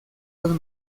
los